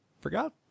forgot